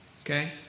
okay